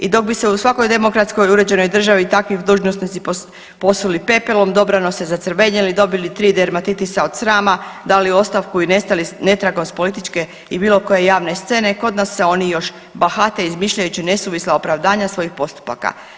I dok bi se u svakoj demokratskoj uređenoj državi takvi dužnosnici posuli pepelom, dobrano se zacrvenjeli, dobili tri dermatitisa od srama, dali ostavku i nestali netragom s političke i bilo koje javne scene kod nas se oni još bahate izmišljajući nesuvisla opravdanja svojih postupaka.